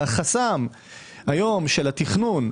והחסם היום של התכנון,